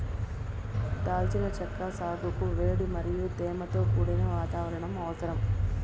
దాల్చిన చెక్క సాగుకు వేడి మరియు తేమతో కూడిన వాతావరణం అవసరం